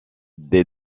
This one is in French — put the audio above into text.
des